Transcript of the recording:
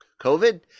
COVID